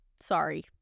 Sorry